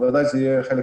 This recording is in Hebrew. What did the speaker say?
בוודאי שזה יהיה חלק